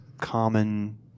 common